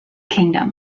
kingdom